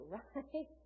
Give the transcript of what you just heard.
right